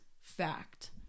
fact